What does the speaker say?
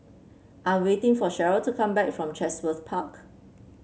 I'm waiting for Cheryle to come back from Chatsworth Park